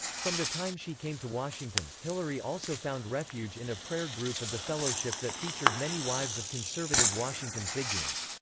from the time she came to washington, hillary also found refuge in a prayer group of the fellowship that featured many wives of conservative washington figures.